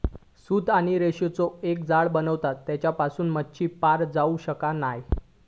सूत आणि रेशांचो एक जाळा बनवतत तेच्यासून मच्छी पार जाऊ शकना नाय